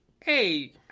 hey